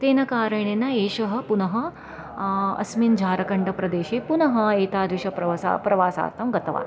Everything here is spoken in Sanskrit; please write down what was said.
तेन कारणेन एषः पुनः अस्मिन् झारखण्डप्रदेशे पुनः एतादृशं प्रवासं प्रवासार्थं गतवान्